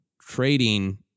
trading